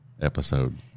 episode